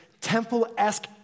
temple-esque